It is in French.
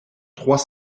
trois